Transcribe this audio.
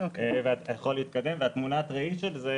של זה